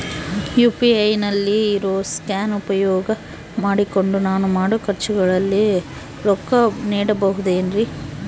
UPI ನಲ್ಲಿ ಇರೋ scan ಉಪಯೋಗ ಮಾಡಿಕೊಂಡು ನಾನು ಮಾಡೋ ಖರ್ಚುಗಳಿಗೆ ರೊಕ್ಕ ನೇಡಬಹುದೇನ್ರಿ?